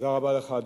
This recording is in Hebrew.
תודה רבה לך.